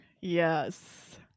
Yes